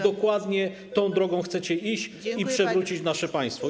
Dokładnie tą drogą chcecie iść i przewrócić nasze państwo.